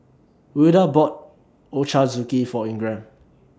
Wilda bought Ochazuke For Ingram